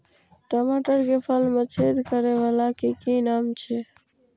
टमाटर के फल में छेद करै वाला के कि नाम छै?